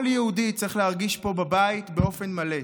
כל יהודי צריך להרגיש פה בבית באופן מלא.